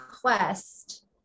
quest